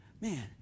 man